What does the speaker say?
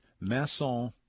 Masson